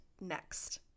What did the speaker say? next